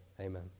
Amen